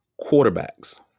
quarterbacks